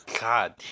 God